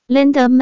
Linda